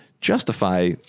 justify